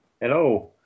Hello